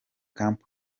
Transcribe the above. camp